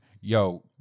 yo